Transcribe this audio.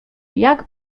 jak